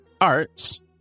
arts